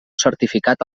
certificat